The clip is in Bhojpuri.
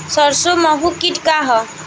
सरसो माहु किट का ह?